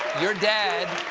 your dad.